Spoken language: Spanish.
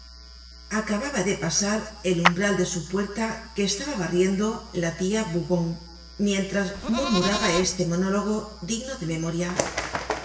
acababa de pasar el umbral de su puerta que estaba barriendo la tia bougon mientras murmuraba este monólogo digno de memoria